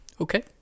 Okay